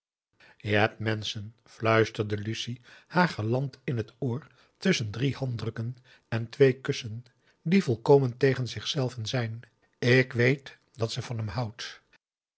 je hebt menschen fluisterde lucie haar galant in het oor tusschen drie handdrukken en twee kussen die volkomen tegen zichzelven zijn ik weet dat ze van hem houdt